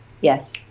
Yes